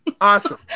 Awesome